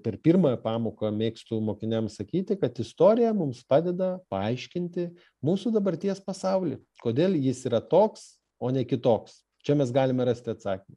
per pirmąją pamoką mėgstu mokiniam sakyti kad istorija mums padeda paaiškinti mūsų dabarties pasaulį kodėl jis yra toks o ne kitoks čia mes galime rasti atsakymą